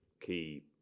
key